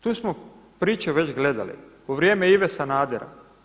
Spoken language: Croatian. Tu smo priču već gledali u vrijeme Ive Sanadera.